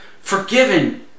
forgiven